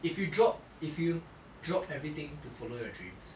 if you drop if you drop everything to follow your dreams